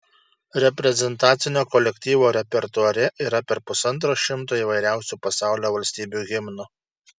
reprezentacinio kolektyvo repertuare yra per pusantro šimto įvairiausių pasaulio valstybių himnų